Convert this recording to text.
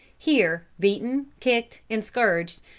here beaten, kicked and scourged,